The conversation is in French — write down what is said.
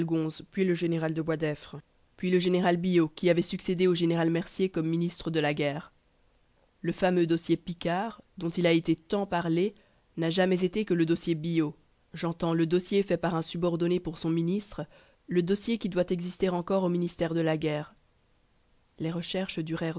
puis le général de boisdeffre puis le général billot qui avait succédé au général mercier comme ministre de la guerre le fameux dossier picquart dont il a été tant parlé n'a jamais été que le dossier billot j'entends le dossier fait par un subordonné pour son ministre le dossier qui doit exister encore au ministère de la guerre les recherches durèrent